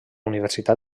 universitat